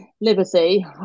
Liberty